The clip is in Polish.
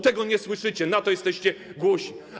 Tego nie słyszycie, na to jesteście głusi.